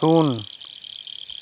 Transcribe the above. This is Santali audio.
ᱥᱩᱱ